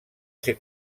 ser